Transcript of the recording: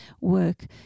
work